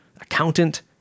accountant